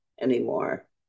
anymore